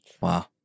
Wow